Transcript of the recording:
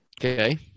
Okay